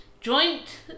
Joint